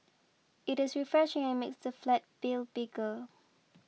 it is refreshing and makes the flat feel bigger